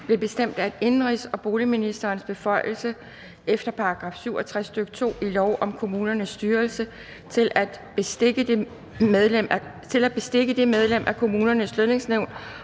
blev bestemt, at indenrigs- og boligministerens beføjelse efter § 67, stk. 2, i lov om kommunernes styrelse til at beskikke det medlem af Kommunernes Lønningsnævn,